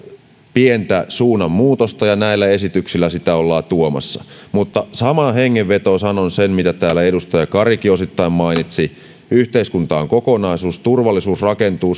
pientä suunnanmuutosta ja näillä esityksillä sitä ollaan tuomassa mutta samaan hengenvetoon sanon sen mistä täällä edustaja karikin osittain mainitsi yhteiskunta on kokonaisuus turvallisuus rakentuu